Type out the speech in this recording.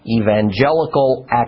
evangelical